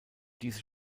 diese